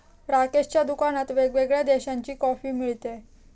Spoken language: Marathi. राकेशच्या दुकानात वेगवेगळ्या देशांची कॉफी मिळते